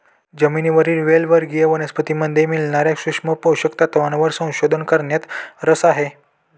जमिनीवरील वेल वर्गीय वनस्पतीमध्ये मिळणार्या सूक्ष्म पोषक तत्वांवर संशोधन करण्यात रस आहे